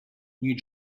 new